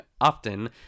often